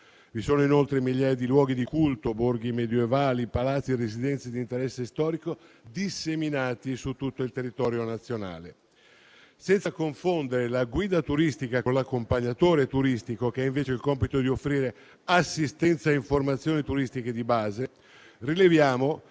Vi sono inoltre migliaia di luoghi di culto, borghi medievali, palazzi e residenze di interesse storico disseminati su tutto il territorio nazionale. Senza confondere la guida turistica con l'accompagnatore turistico, che ha invece il compito di offrire assistenza e informazioni turistiche di base, rileviamo